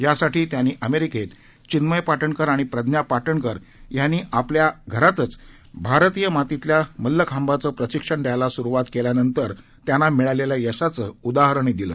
यासाठी त्यांनी अमेरिकेत चिन्मय पाटणकर आणि प्रज्ञा पाटणकर यांनी आपल्या घरातच भारतीय मातीतल्या मल्लखांबाचं प्रशिक्षण द्यायला सुरुवात केल्यानंतर मिळालेल्या यशाचं उदाहरणही दिलं